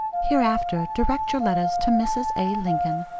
hereafter direct your letters to mrs. a. lincoln,